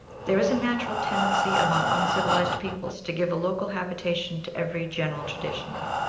there is a natural tendency among uncivilized peoples to give a local habitation to every general tradition.